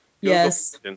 Yes